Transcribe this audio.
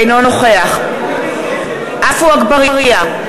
אינו נוכח עפו אגבאריה,